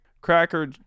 cracker